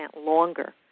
longer